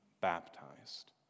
baptized